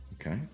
Okay